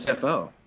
SFO